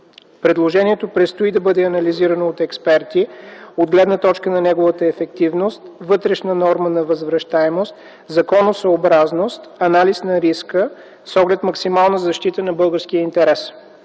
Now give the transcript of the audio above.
Предложението предстои да бъде анализирано от експерти от гледна точка на неговата ефективност, вътрешна норма на възвръщаемост, законосъобразност, анализ на риска с оглед на максимална защита на българския интерес.